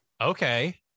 okay